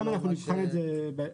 שם אנחנו נבחן את זה שוב,